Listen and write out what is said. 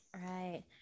right